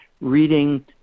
reading